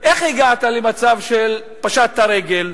איך הגעת למצב של פשיטת רגל?